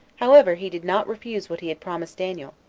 however, he did not refuse what he had promised daniel,